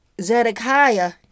Zedekiah